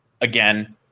Again